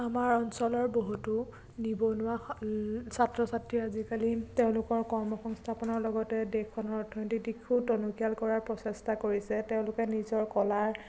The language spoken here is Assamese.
আমাৰ অঞ্চলৰ বহুতো নিবনুৱা স ছাত্ৰ ছাত্ৰী অজিকালি তেওঁলোকৰ কৰ্ম সংস্থাপনৰ লগতে দেশখনৰ অৰ্থনৈতিক দিশটোও টনকিয়াল কৰাৰ প্ৰচেষ্টা কৰিছে যে তেওঁলোকে নিজৰ কলাৰ